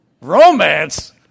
romance